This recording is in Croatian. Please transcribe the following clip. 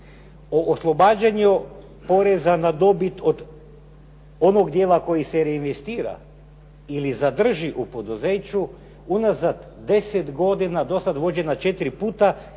o oslobađanju poreza na dobit od onog djela koji se reinvestira ili zadrži u poduzeću unazad 10 godina do sada vođena 4 puta